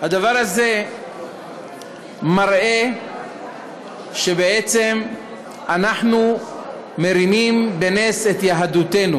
הדבר הזה מראה שבעצם אנחנו מרימים על נס את יהדותנו.